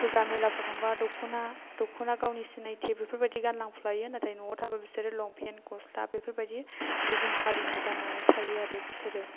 फुजा मेलाफोरावबा दख'ना दख'ना गावनि सिनायथि बेफोरबायदि गानलांफ्लायो नाथाय न'आव थाबा बिसोरो लंफेन गस्ला बेफोर बायदि गुबुन हारिनि गाननानै थायो आरो बिसोरो